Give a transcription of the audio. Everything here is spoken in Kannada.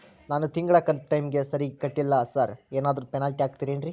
ನಾನು ತಿಂಗ್ಳ ಕಂತ್ ಟೈಮಿಗ್ ಸರಿಗೆ ಕಟ್ಟಿಲ್ರಿ ಸಾರ್ ಏನಾದ್ರು ಪೆನಾಲ್ಟಿ ಹಾಕ್ತಿರೆನ್ರಿ?